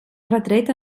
retret